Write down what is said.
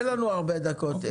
אין לנו הרבה דקות.